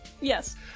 Yes